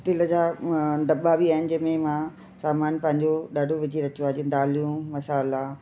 steel जा दआ बि आहिनि जंहिंमें मां सामान पंहिंजो ॾाढो विझी रखियो आहे जीअं दालियूं मसाला